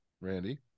Randy